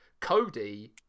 cody